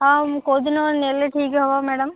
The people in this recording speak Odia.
ହଁ ମୁଁ କୋଉ ଦିନ ନେଲେ ଠିକ୍ ହେବ ମ୍ୟାଡ଼ାମ୍